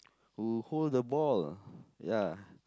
who hold the ball ya